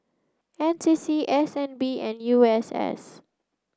N C C S N B and U S S